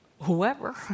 whoever